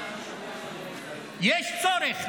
יש צורך.